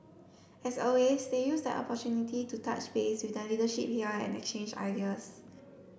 as always they used the opportunity to touch base with the leadership here and exchange ideas